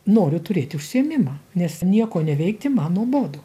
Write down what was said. noriu turėti užsiėmimą nes nieko neveikti man nuobodu